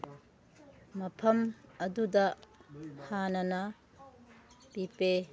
ꯃꯐꯝ ꯑꯗꯨꯗ ꯍꯥꯟꯅꯅ ꯄꯤꯄꯦ